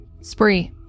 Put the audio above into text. Spree